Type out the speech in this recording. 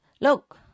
Look